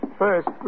first